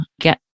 get